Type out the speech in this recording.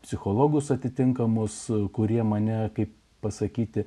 psichologus atitinkamus kurie mane kaip pasakyti